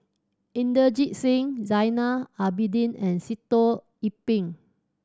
Inderjit Singh Zainal Abidin and Sitoh Yih Pin